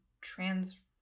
trans